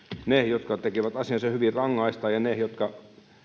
niitä jotka tekevät asiansa hyvin rangaistaan ja ne jotka